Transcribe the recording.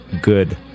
good